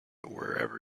wherever